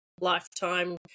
lifetime